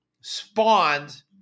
spawns